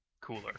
cooler